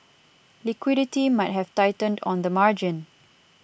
liquidity might have tightened on the margin